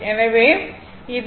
எனவே இது V Vm sin ω t